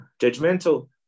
judgmental